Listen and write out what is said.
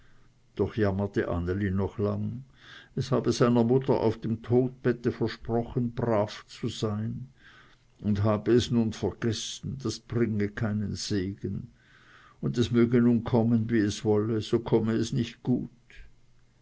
doch jammerte anneli noch lange es habe seiner mutter auf dem todbette versprochen brav zu sein und habe es nun vergessen das bringe keinen segen und es möge nun kommen wie es wolle so komme es nicht gut